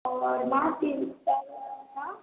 और माँ का